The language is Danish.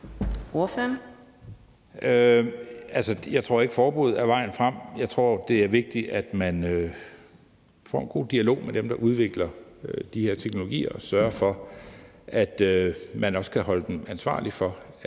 Jeg tror ikke, forbud er vejen frem. Jeg tror, det er vigtigt, at man får en god dialog med dem, der udvikler de her teknologier, og man også sørger for, at man kan holde dem ansvarlige for,